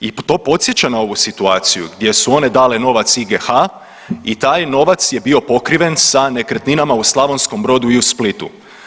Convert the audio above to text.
I to podsjeća na ovu situaciju gdje su one dale novac IGH i taj novac je bio pokriven sa nekretninama u Slavonskom Brodu i Splitu.